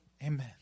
Amen